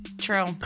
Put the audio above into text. True